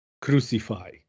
crucify